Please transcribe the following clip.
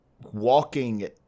walking